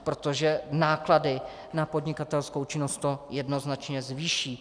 Protože náklady na podnikatelskou činnost to jednoznačně zvýší.